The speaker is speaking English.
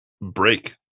break